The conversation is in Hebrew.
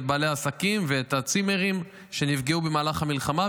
את בעלי העסקים ואת הצימרים שנפגעו במהלך המלחמה,